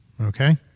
Okay